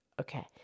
Okay